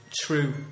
true